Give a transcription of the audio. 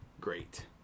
Great